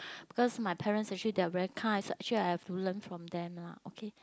because my parents actually they are very kind so actually I've to learn from them lah okay